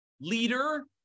leader